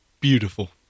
Beautiful